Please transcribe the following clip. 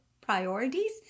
priorities